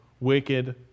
wicked